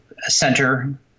center